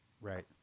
Right